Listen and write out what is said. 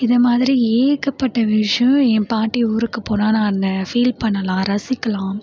இதே மாதிரி ஏகப்பட்ட விஷியம் என் பாட்டி ஊருக்கு போனால் நான் ஃபீல் பண்ணலாம் ரசிக்கலாம்